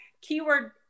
keyword